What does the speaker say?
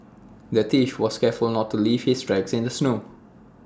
the thief was careful not to leave his tracks in the snow